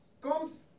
comes